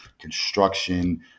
construction